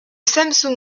samsung